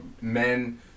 men